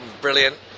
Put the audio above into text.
Brilliant